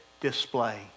display